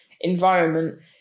environment